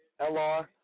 lr